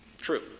True